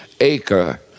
acre